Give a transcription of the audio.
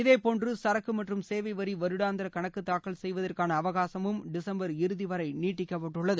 இதேபோன்று சரக்கு மற்றும் சேவை வரி வருடாந்திர கணக்கு தாக்கல் செய்வதற்கான அவகாசமும் டிசும்பர் இறுதி வரை நீடிக்கப்பட்டுள்ளது